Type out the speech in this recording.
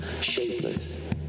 shapeless